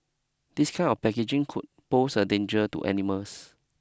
this kind of packaging could pose a danger to animals